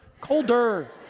colder